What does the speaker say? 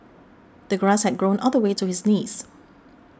the grass had grown all the way to his knees